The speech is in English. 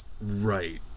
right